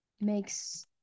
makes